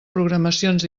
programacions